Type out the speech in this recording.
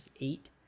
eight